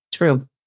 True